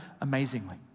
amazingly